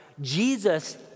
Jesus